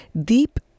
Deep